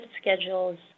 schedules